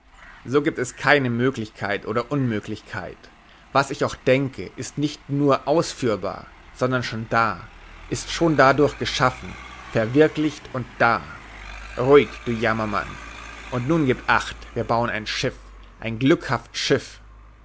so gibt es keine möglichkeit oder unmöglichkeit was ich auch denke ist nicht nur ausführbar sondern schon da ist schon dadurch geschaffen verwirklicht und da ruhig du jammermann und nun gebt acht wir bauen ein schiff ein glückhaft schiff